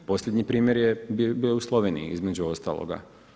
Posljednji primjer je bio u Sloveniji između ostaloga.